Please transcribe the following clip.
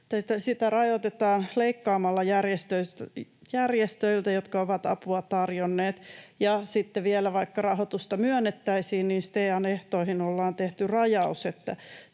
Sitä rajoitetaan leikkaamalla järjestöiltä, jotka ovat apua tarjonneet. Ja sitten vielä, vaikka rahoitusta myönnettäisiin, STEAn ehtoihin ollaan tehty rajaus,